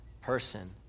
person